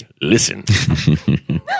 listen